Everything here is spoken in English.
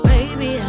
Baby